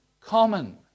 common